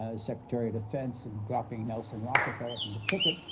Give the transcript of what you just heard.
ah secretary of defense, and dropping nelson rockefeller from the ticket,